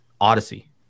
Odyssey